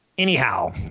Anyhow